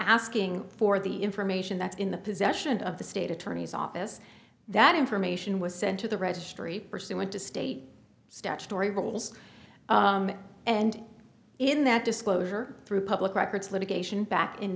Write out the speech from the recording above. asking for the information that's in the possession of the state attorney's office that information was sent to the registry pursuant to state statutory rules and in that disclosure through public records litigation back in